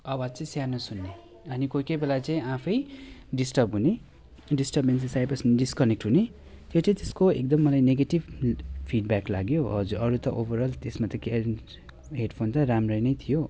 आवाज चाहिँ सानो सुन्ने अनि कोही कोही बेला चाहिँ आफै डिस्टर्ब हुने डिस्टरबेन्सेस आएपछि डिस्कनेक्ट हुने त्यो चाहिँ त्यसको एकदमै मलाई नेगेटिभ फिडब्याक लाग्यो हजुर अरू त ओभरअल त्यसमा त हेडफोन त राम्रै नै थियो